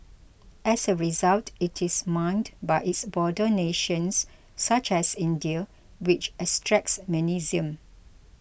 as a result it is mined by its border nations such as India which extracts magnesium